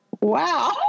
wow